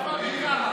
איפה אביר קארה?